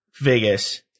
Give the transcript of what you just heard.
Vegas